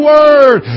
Word